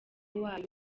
wayo